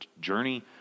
journey